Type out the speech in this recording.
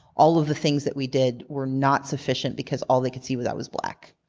all of the things that we did were not sufficient because all they could see was i was black.